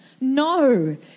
No